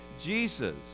Jesus